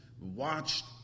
watched